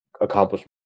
accomplishment